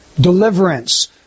deliverance